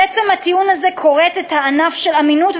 אז עצם הטיעון הזה כורת את הענף של אמינות